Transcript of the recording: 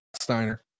Steiner